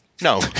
No